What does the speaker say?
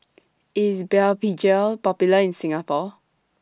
IS Blephagel Popular in Singapore